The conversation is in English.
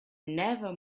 never